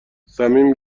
صمیم